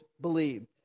believed